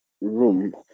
room